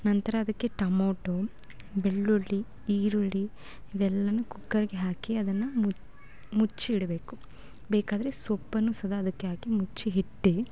ನಂತರ ಅದ್ಕೆ ಟಮೋಟೋ ಬೆಳ್ಳುಳ್ಳಿ ಈರುಳ್ಳಿ ಇವೆಲ್ಲ ಕುಕ್ಕರ್ಗೆ ಹಾಕಿ ಅದನ್ನು ಮುಚ್ಚಿಡಬೇಕು ಬೇಕಾದರೆ ಸೊಪ್ಪನ್ನೂ ಸದಾ ಅದಕ್ಕೆ ಹಾಕಿ ಮುಚ್ಚಿ ಇಟ್ಟು